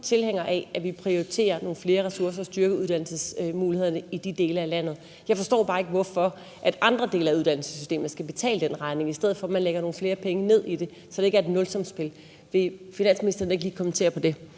tilhænger af, at vi prioriterer nogle flere ressourcer til at styrke uddannelsesmulighederne i de dele af landet. Jeg forstår bare ikke, hvorfor andre dele af uddannelsessystemet skal betale den regning, i stedet for at man lægger nogle flere penge i det, så det ikke er et nulsumsspil. Vil finansministeren ikke lige kommentere på det?